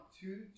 Two